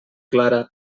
clara